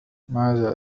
ماذا